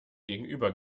gegenüber